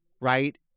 right